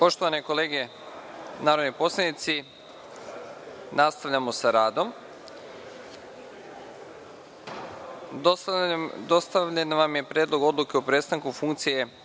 gospodo narodni poslanici, nastavljamo sa radom. Dostavljen vam je Predlog odluke o prestanku funkcije